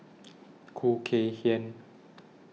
Khoo Kay Hian